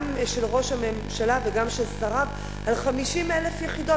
גם של ראש הממשלה וגם של שריו על 50,000 יחידות.